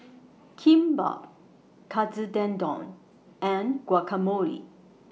Kimbap Katsu Tendon and Guacamole